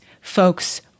folks